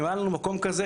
אם היה לנו מקום כזה,